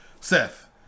Seth